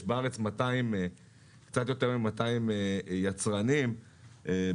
יש בארץ קצת יותר מ-200 יצרנים שסובלים